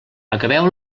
acabeu